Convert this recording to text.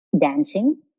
dancing